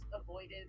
avoided